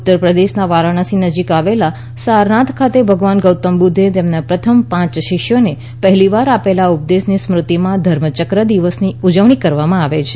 ઉત્તરપ્રદેશના વારાણસી નજીક આવેલા સારનાથ ખાતે ભગવાન ગૌતમ બુધ્ધે તેમના પ્રથમ પાંચ શિષ્યોને પહેલીવાર આપેલા ઉપદેશની સ્મૃતિમાં ધર્મચક્ર દિવસની ઉજવણી કરવામાં આવે છે